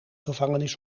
gevangenis